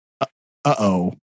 Uh-oh